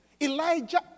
Elijah